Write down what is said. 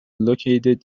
located